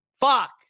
fuck